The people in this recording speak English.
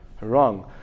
wrong